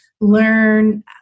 learn